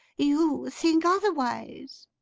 you think otherwise